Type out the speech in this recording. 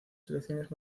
selecciones